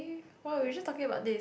oh we were just talking about this